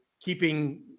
keeping